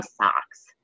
socks